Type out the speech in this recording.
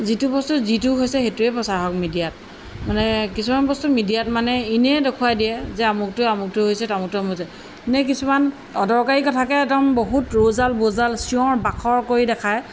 যিটো বস্তু যিটো হৈছে সেইটোৱে প্ৰচাৰ হওক মিডিয়াত মানে কিছুমান বস্তু মিডিয়াত মানে এনেই দেখুৱাই দিয়ে যে আমুকে আমুকটো হৈছে তামুকটো আমুকে এনে কিছুমান অদৰকাৰী কথাকে একদম বহুত ৰোজাল বোজাল চিঞৰ বাখৰ কৰি দেখায়